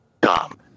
dumb